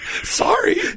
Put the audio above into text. Sorry